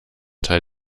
teil